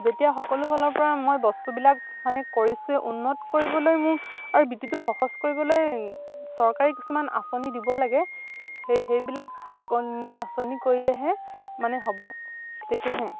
যেতিয়া সকলো ফালৰ পৰা মই বস্তুবিলাক মানে কৰিছোঁ উন্নত কৰিবলৈ মোক আৰু বৃত্তিটোক সহজ কৰিবলৈ চৰকাৰী কিছুমান আঁচনি দিব লাগে সেই সেইবিলাক আঁচনি কৰিলেহে মানে হ'ব তেতিয়াহে